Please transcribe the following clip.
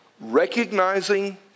Recognizing